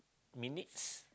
minutes